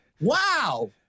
Wow